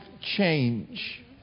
change